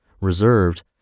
reserved